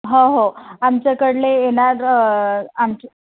हो हो आमच्याकडले येणार आमच्या